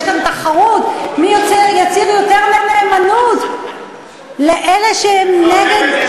יש כאן תחרות מי יצהיר יותר נאמנות לאלה שהם נגד,